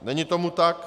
Není tomu tak.